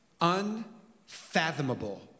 Unfathomable